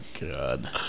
god